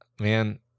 man